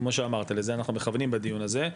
כמו שאמרת לזה אנחנו מכוונים בדיון הזה,